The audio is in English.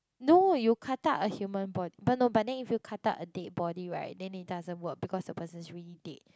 no you cut out a human body but no but then if you cut out a dead body right then it doesn't work because the person's already dead